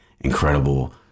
incredible